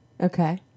Okay